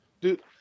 dude